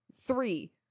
Three